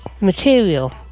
material